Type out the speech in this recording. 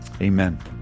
Amen